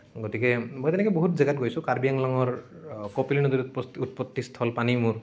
গতিকে মই তেনেকে বহুত জেগাত গৈছোঁ কাৰ্বি আংলঙৰ কপিলী নদীৰ উৎপস্তি উৎপত্তিস্থল পানীমূৰ